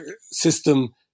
system